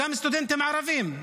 גם סטודנטים ערבים,